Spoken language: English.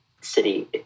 city